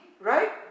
right